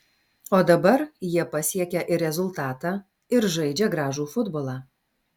o dabar jie pasiekia ir rezultatą ir žaidžia gražų futbolą